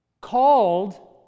called